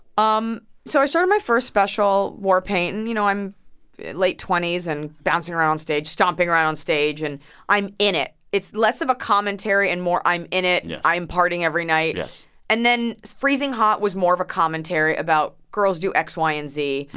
um so i started my first special, war paint, and, you know, i'm late twenty s and bouncing around onstage, stomping around onstage. and i'm in it. it's less of a commentary and more i'm in it. yeah i'm partying every night. and then freezing hot was more of a commentary about girls do x, y and z.